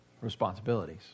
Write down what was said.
responsibilities